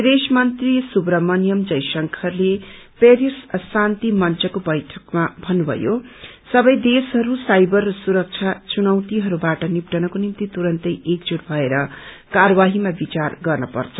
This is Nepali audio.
विदेश्वमन्त्री सुबुहमण्यम जय शंकरते पेरिस शान्ति मंचको वैठकमा भन्नुथयो सवै देश्वहरू साइवर र सुरखा चुनौतिहरूबाट निप्टनको निम्ति तुरन्तै एकजूट भएर कार्यवाहीमा विचार गर्न पर्छ